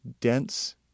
dense